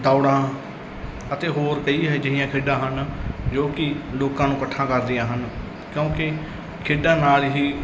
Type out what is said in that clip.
ਦੌੜਾਂ ਅਤੇ ਹੋਰ ਕਈ ਇਹੋ ਜਿਹੀਆਂ ਖੇਡਾਂ ਹਨ ਜੋ ਕਿ ਲੋਕਾਂ ਨੂੰ ਇਕੱਠਾ ਕਰਦੀਆਂ ਹਨ ਕਿਉਂਕਿ ਖੇਡਾਂ ਨਾਲ ਹੀ